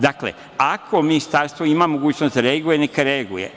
Dakle, ako ministarstvo ima mogućnost da reaguje, neka reaguje.